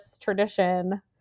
tradition